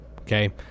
okay